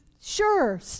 sure